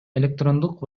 электрондук